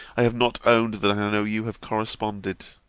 i have not owned that i know you have corresponded.